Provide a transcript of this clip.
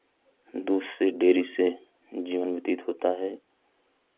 दूध से डेयरी से जीवन व्यतीत होता है